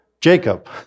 Jacob